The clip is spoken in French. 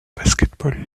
basketball